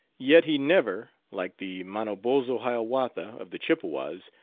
yet he never, like the manobozho-hiawatha of the chippewas,